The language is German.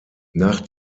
nach